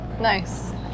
Nice